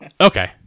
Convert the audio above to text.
Okay